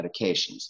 medications